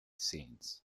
scenes